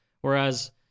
whereas